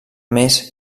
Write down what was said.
més